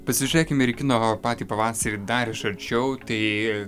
pasižėkim ir į kino patį pavasarį dar iš arčiau tai